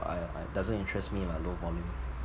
I I doesn't interest me lah low volume